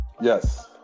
yes